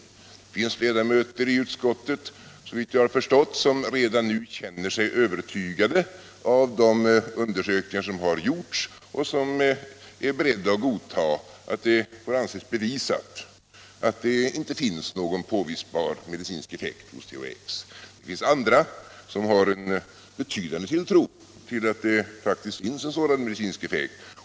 Det finns såvitt jag har förstått ledamöter i utskottet som redan nu känner sig övertygade av de undersökningar som har gjorts och som anser det bevisat att THX inte har någon påvisbar medicinsk effekt. Det finns andra som har en betydande tilltro till att det faktiskt finns en sådan medicinsk effekt.